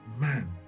man